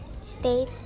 state